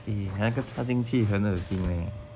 eh 那个插进去很恶心 leh